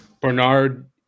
Bernard